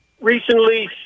recently